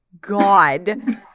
God